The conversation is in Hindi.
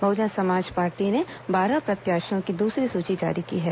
बहुजन समाज पार्टी ने बारह प्रत्याशियों की दूसरी सूची जारी की है